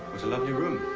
it's a lovely room.